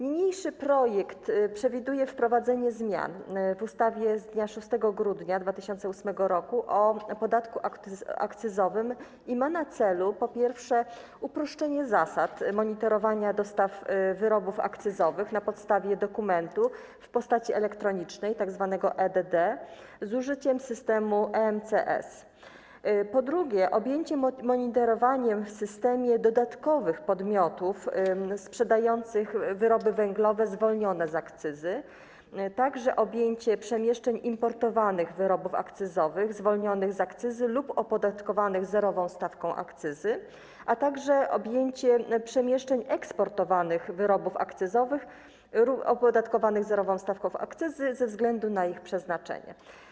Niniejszy projekt przewiduje wprowadzenie zmian w ustawie z dnia 6 grudnia 2008 r. o podatku akcyzowym i ma na celu, po pierwsze, uproszczenie zasad monitorowania dostaw wyrobów akcyzowych na podstawie dokumentu w postaci elektronicznej, tzw. e-DD, z użyciem systemu EMCS, po drugie, objęcie monitorowaniem w systemie dodatkowych podmiotów sprzedających wyroby węglowe zwolnione z akcyzy, objęcie przemieszczeń importowanych wyrobów akcyzowych zwolnionych z akcyzy lub opodatkowanych zerową stawką akcyzy, a także objęcie przemieszczeń eksportowanych wyrobów akcyzowych opodatkowanych zerową stawką akcyzy ze względu na ich przeznaczenie.